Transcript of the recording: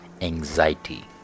anxiety